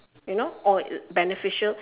you know or beneficial